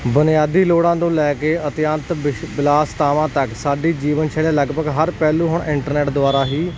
ਬੁਨਿਆਦੀ ਲੋੜਾਂ ਤੋਂ ਲੈ ਕੇ ਅਤਿਅੰਤ ਬਿਲਾਸਤਾਵਾਂ ਤੱਕ ਸਾਡੇ ਜੀਵਨ ਸ਼ੈਲੀ ਲਗਭਗ ਹਰ ਪਹਿਲੂ ਹੁਣ ਇੰਟਰਨੈਟ ਦੁਆਰਾ ਹੀ